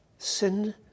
Sin